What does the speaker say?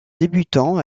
débutants